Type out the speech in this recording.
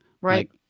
Right